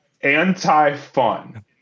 anti-fun